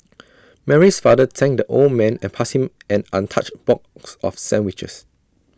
Mary's father thanked the old man and passed him an untouched box of sandwiches